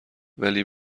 ولی